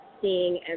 seeing